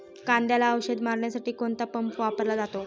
कांद्याला औषध मारण्यासाठी कोणता पंप वापरला जातो?